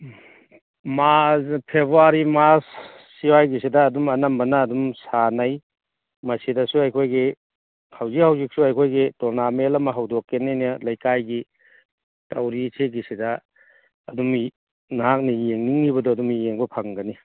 ꯃꯥꯔꯁ February ꯃꯥꯔꯁ ꯁ꯭ꯋꯥꯏꯒꯤꯁꯤꯗ ꯑꯗꯨꯝ ꯑꯅꯝꯕꯅ ꯑꯗꯨꯝ ꯁꯥꯟꯅꯩ ꯃꯁꯤꯗꯁꯨ ꯑꯩꯈꯣꯏꯒꯤ ꯍꯧꯖꯤꯛ ꯍꯧꯖꯤꯛꯁꯨ ꯑꯩꯈꯣꯏꯒꯤ ꯇꯣꯔꯅꯥꯃꯦꯟ ꯑꯃ ꯍꯧꯗꯣꯛꯀꯅꯦꯅ ꯂꯩꯀꯥꯏꯒꯤ ꯇꯧꯔꯤ ꯁꯤꯒꯤꯁꯤꯗ ꯑꯗꯨꯝ ꯅꯍꯥꯛꯅ ꯌꯦꯡꯅꯤꯡꯂꯤꯕꯗꯣ ꯑꯗꯨꯝ ꯌꯦꯡꯕ ꯐꯪꯒꯅꯤ